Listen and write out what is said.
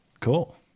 Cool